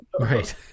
Right